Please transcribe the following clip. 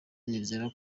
nizera